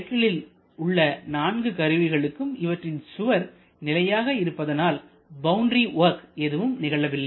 சைக்கிளில் உள்ள நான்கு கருவிகளுக்கும் இவற்றின் சுவர் நிலையாக இருப்பதனால் பவுண்டரி வொர்க் ஏதும் நிகழவில்லை